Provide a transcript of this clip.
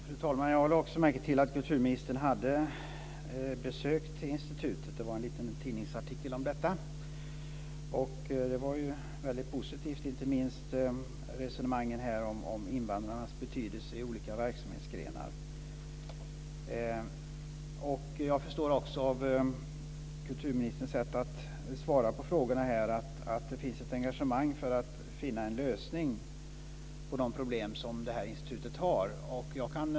Fru talman! Jag lade också märke till att kulturministern hade besökt institutet. Det var en liten tidningsartikel om detta. Det var väldigt positivt, inte minst resonemangen om invandrarnas betydelse i olika verksamhetsgrenar. Jag förstår också av kulturministerns sätt att svara på frågorna här att det finns ett engagemang för att finna en lösning på de problem som institutet har.